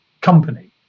company